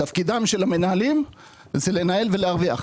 תפקידם של המנהלים זה לנהל ולהרוויח.